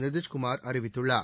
நிதிஷ்குமார் அறிவித்துள்ளார்